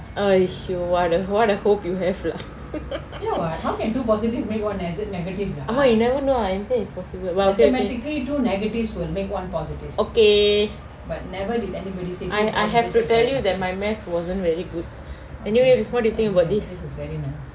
!aiyo! what a what a hope you have lah amma you never know ah anything is possible well okay okay okay I I have to tell you that my math wasn't very good anyway what do you think about this